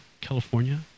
California